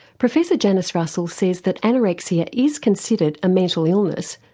professor janice russell says that anorexia is considered a mental illness,